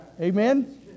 Amen